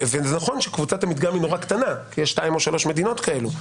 ונכון שקבוצת המדגם היא נורא קטנה כי יש שתיים או שלוש מדינות כאלו,